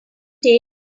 take